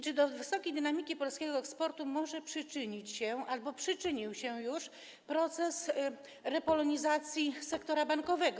Czy do wysokiej dynamiki polskiego eksportu może przyczynić się, albo przyczynił się już, proces repolonizacji sektora bankowego?